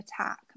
attack